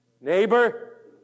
Neighbor